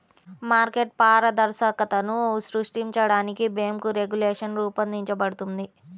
market పారదర్శకతను సృష్టించడానికి bank regulation రూపొందించబడింది